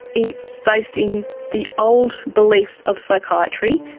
it's based in the old beliefs of psychiatry,